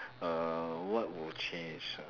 uh what would change ah